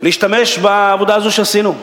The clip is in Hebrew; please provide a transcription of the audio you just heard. להשתמש בעבודה הזו שעשינו.